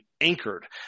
anchored